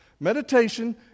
Meditation